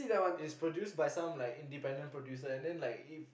is produced by some like independent producer and then like if